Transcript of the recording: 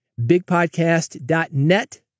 Bigpodcast.net